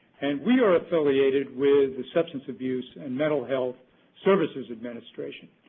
and we are affiliated with the substance abuse and mental health services administration,